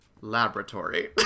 laboratory